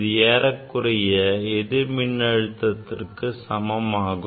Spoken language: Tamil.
இது ஏறக்குறைய எதிர் மின் அழுத்தத்திற்கு சமமாகும்